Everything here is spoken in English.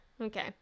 Okay